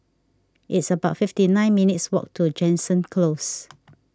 it's about fifty nine minutes' walk to Jansen Close